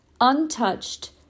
untouched